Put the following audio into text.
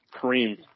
Kareem